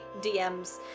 DMs